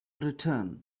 return